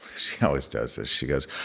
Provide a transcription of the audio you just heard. she always does this. she goes,